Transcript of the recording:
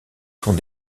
sont